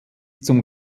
zum